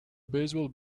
baseball